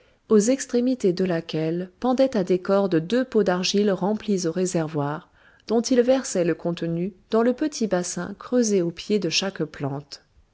aux extrémités de laquelle pendaient à des cordes deux pots d'argile remplis aux réservoirs dont ils versaient le contenu dans le petit bassin creusé au pied de chaque plante